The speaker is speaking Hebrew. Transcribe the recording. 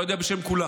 לא יודע אם בשם כולם,